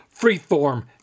Freeform